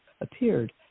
appeared